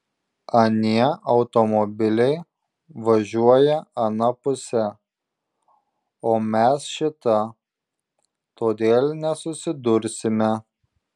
anie automobiliai važiuoja ana puse o mes šita todėl nesusidursime